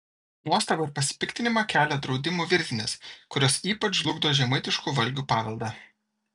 nuostabą ir pasipiktinimą kelia draudimų virtinės kurios ypač žlugdo žemaitiškų valgių paveldą